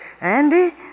Andy